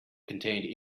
contained